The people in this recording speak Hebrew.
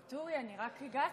ואטורי, אני רק הגעתי,